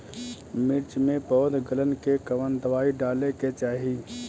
मिर्च मे पौध गलन के कवन दवाई डाले के चाही?